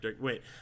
Wait